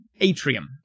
atrium